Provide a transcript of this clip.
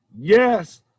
yes